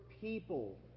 people